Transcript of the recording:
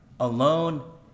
alone